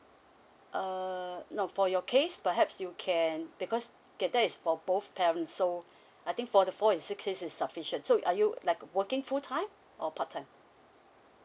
uh no for your case perhaps you can because K that is for both parents so I think forty four and sixty is sufficient so are you like working full time or part time